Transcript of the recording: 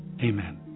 Amen